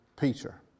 Peter